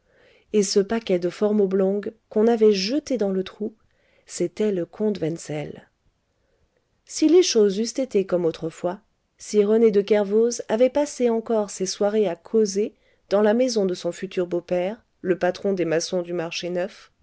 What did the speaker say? et ce paquet de forme oblongue qu'on avait jeté dans le trou c'était le comte wensel si les choses eussent été comme autrefois si rené de kervoz avait passé encore ses soirées à causer dans la maison de son futur beau-père le patron des maçons du marché neuf